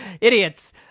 Idiots